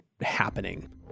happening